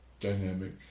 Dynamic